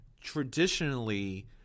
traditionally